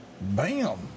Bam